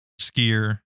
skier